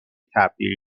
تبدیل